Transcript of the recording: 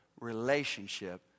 relationship